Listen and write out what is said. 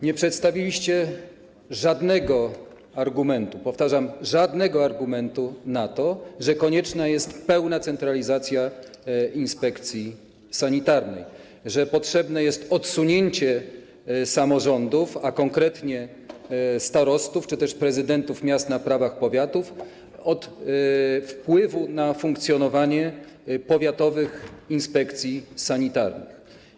Nie przedstawiliście żadnego argumentu, powtarzam: żadnego argumentu za tym, że konieczna jest pełna centralizacja inspekcji sanitarnej, że potrzebne jest odsunięcie samorządów, a konkretnie starostów czy też prezydentów miast na prawach powiatów od wpływu na funkcjonowanie powiatowych inspekcji sanitarnych.